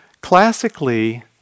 Classically